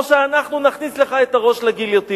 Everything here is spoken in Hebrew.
או שאנחנו נכניס לך את הראש לגיליוטינה.